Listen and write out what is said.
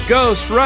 Ghost